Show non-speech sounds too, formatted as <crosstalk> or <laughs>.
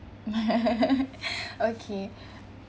<laughs> okay